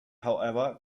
however